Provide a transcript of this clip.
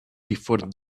before